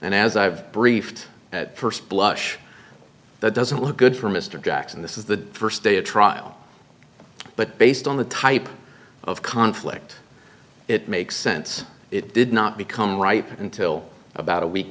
and as i've briefed at first blush that doesn't look good for mr jackson this is the first day of trial but based on the type of conflict it makes sense it did not become ripe until about a week